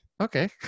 okay